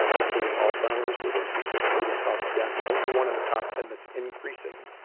um including alzheimer's, which is the sixth leading cause of death. the only one in the top ten that's increasing,